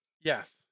Yes